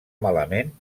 malament